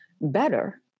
better